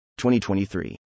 2023